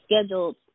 scheduled